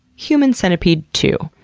human centipede two.